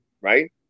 right